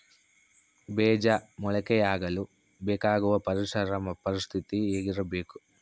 ಬೇಜ ಮೊಳಕೆಯಾಗಲು ಬೇಕಾಗುವ ಪರಿಸರ ಪರಿಸ್ಥಿತಿ ಹೇಗಿರಬೇಕು?